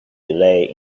delay